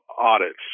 audits